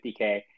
50K